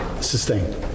sustained